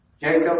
Jacob